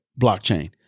blockchain